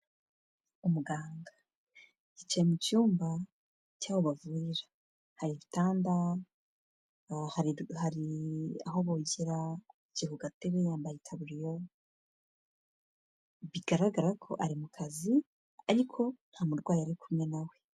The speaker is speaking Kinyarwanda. Umuganga yicaye mu cyumba cy'aho bavurira, hari igitanda, hari aho bogera yicaye ku gatebe yambaye itaburiyo bigaragara ko ari mu kazi ariko nta murwayi ari kumwe na we.